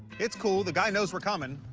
it's cool, the guy knows we're coming.